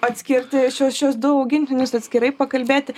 atskirti šiu šiuos du augintinius atskirai pakalbėti